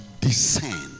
descend